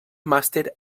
màster